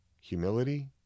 humility